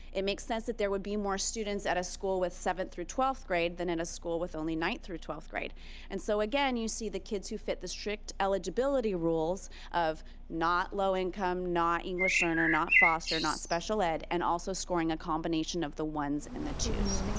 it makes sense that there would be more students at a school with seventh through twelfth grade than at and a school with only ninth through twelfth grade and so again you see the kids who fit the strict eligibility rules of not low-income, not english learner, not foster, not special ed, and also scoring a combination of the ones and the twos.